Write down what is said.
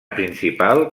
principal